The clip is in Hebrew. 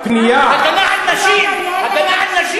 פנייה, הגנה על זכויות הילד, הגנה על נשים.